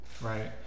right